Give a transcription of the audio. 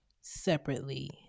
separately